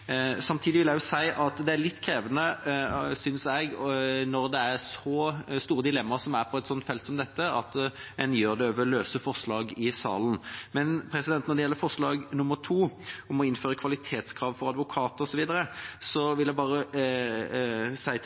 Samtidig vil jeg også si at det er litt krevende, synes jeg, når det er så store dilemmaer som det er på et felt som dette, at en gjør det gjennom løse forslag i salen. Når det gjelder forslag nr. 2, om å innføre kvalitetskrav for advokater osv., vil jeg bare si til Stortinget at